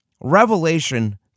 Revelation